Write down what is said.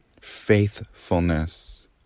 faithfulness